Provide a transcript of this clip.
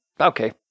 Okay